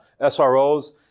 SROs